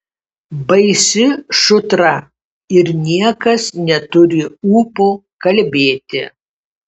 baisi šutra ir niekas neturi ūpo kalbėti